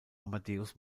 amadeus